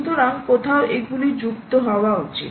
সুতরাং কোথাও এগুলি যুক্ত হওয়া উচিত